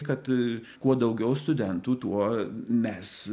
kad kuo daugiau studentų tuo mes